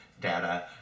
Data